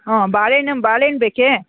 ಹ್ಞೂ ಬಾಳೆಹಣ್ಣು ಬಾಳೆಣ್ಣು ಬೇಕೆ